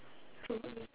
so